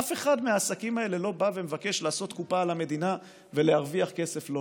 אף אחד מהעסקים האלה לא בא ומבקש לעשות קופה על המדינה ולהרוויח כסף לא